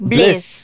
Bliss